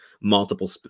multiple